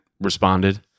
responded